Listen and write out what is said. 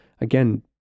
again